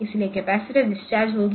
इसलिए capacitor discharge होगी